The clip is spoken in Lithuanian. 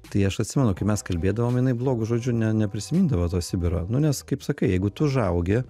tai aš atsimenu kai mes kalbėdavom jinai blogu žodžiu neprisimindavo to sibiro nu nes kaip sakai jeigu tu užaugi